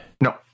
No